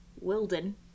wilden